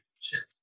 chips